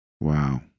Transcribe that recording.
Wow